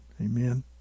Amen